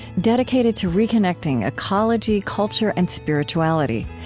dedicated to reconnecting ecology, culture, and spirituality.